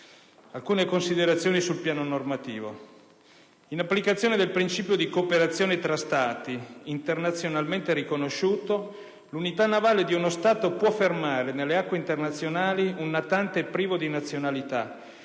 Alcune considerazioni sul piano normativo: in applicazione del principio di cooperazione tra Stati, internazionalmente riconosciuto, l'unità navale di uno Stato può fermare nelle acque internazionali un natante privo di nazionalità,